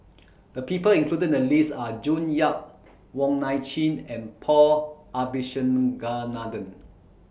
The People included in The list Are June Yap Wong Nai Chin and Paul Abisheganaden